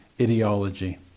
ideology